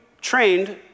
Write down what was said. trained